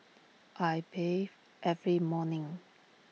I bathe every morning